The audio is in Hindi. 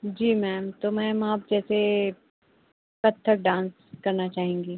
जी मैम तो मैम आप जैसे कत्थक डांस करना चाहेंगी